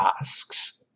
asks